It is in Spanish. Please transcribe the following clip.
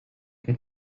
que